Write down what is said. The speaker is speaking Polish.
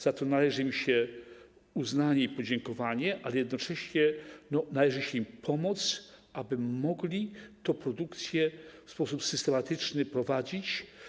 Za to należy im się uznanie i podziękowanie, ale jednocześnie należy się im pomoc, aby mogli tę produkcję w sposób systematyczny prowadzić.